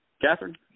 Catherine